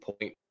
point